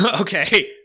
okay